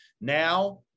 now